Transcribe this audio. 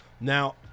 Now